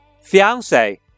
Fiance